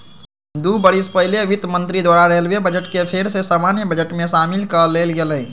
दू बरिस पहिले वित्त मंत्री द्वारा रेलवे बजट के फेर सँ सामान्य बजट में सामिल क लेल गेलइ